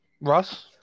Russ